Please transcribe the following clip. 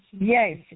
Yes